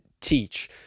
teach